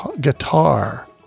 guitar